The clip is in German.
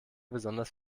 besonders